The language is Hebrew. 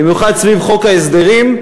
במיוחד סביב חוק ההסדרים,